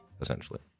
essentially